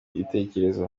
ibitekerezo